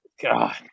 God